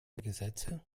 gesetze